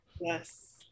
Yes